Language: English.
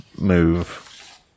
move